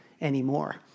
anymore